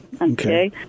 Okay